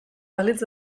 balitz